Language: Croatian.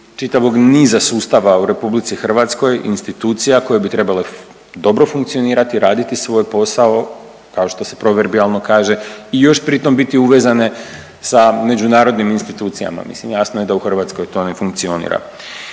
čitavog niza sustava u RH, institucija koje bi trebale dobro funkcionirati, raditi svoj posao kao što se proverbijalno kaže o još pritom biti uvezane sa međunarodnim institucijama. Mislim jasno je da u Hrvatskoj to ne funkcionira.